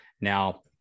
Now